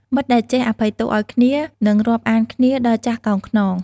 មិត្តដែលចេះអភ័យទោសឱ្យគ្នា នឹងរាប់អានគ្នាដល់ចាស់កោងខ្នង។